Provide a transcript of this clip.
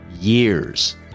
years